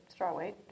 strawweight